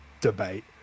debate